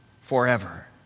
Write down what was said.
forever